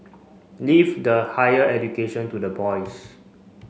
leave the higher education to the boys